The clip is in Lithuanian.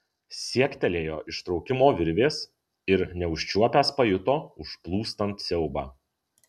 siektelėjo ištraukimo virvės ir neužčiuopęs pajuto užplūstant siaubą